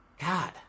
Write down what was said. God